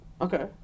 okay